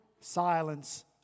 silence